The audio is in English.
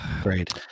great